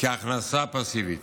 הכנסה פסיבית.